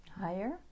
higher